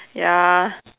ya